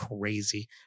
crazy